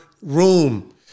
room